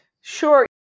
Sure